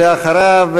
ואחריו,